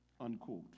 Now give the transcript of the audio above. Unquote